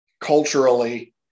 culturally